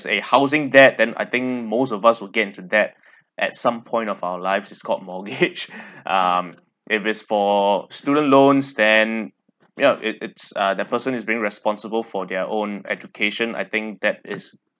a housing debt than I think most of us will get into that at some point of our lives is called mortgage um if it's for student loans then ya it it's uh the person is being responsible for their own education I think that is